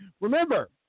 Remember